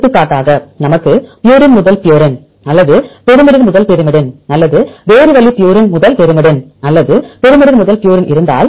எடுத்துக்காட்டாக நமக்கு ப்யூரின் முதல் ப்யூரின் அல்லது பைரிமிடின் முதல் பைரிமிடின் அல்லது வேறு வழி ப்யூரின் பைரிமிடின் அல்லது பைரிமிடின் முதல் ப்யூரின் இருந்தால்